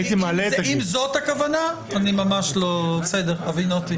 אם זאת הכוונה, הבינותי.